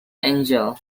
angle